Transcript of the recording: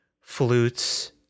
flutes